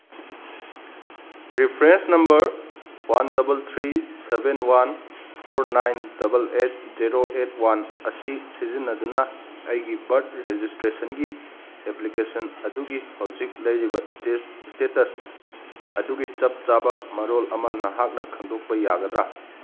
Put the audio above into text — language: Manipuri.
reference number one double three seven one four nine double eight zero eight one ꯑꯁꯤ ꯁꯤꯖꯤꯟꯅꯗꯨꯅ ꯑꯩꯒꯤ ꯕꯔꯠ ꯔꯦꯖꯤꯁꯇ꯭ꯔꯦꯁꯟꯒꯤ ꯑꯦꯄ꯭ꯂꯤꯀꯦꯁꯟ ꯑꯗꯨꯒꯤ ꯍꯧꯖꯤꯛ ꯂꯩꯔꯤꯕ ꯏꯁꯇꯦꯇꯁ ꯑꯗꯨꯒꯤ ꯆꯥꯞ ꯆꯥꯕ ꯃꯔꯣꯜ ꯑꯃ ꯅꯍꯥꯛꯅ ꯈꯪꯗꯣꯛꯄ ꯌꯥꯒꯗ꯭ꯔꯥ